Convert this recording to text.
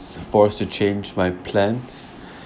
forced to change my plans